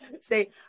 Say